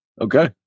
Okay